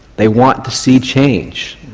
they want to see change,